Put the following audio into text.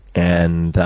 and,